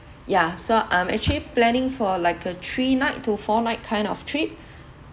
yeah so I'm actually planning for like a three night to four night kind of trip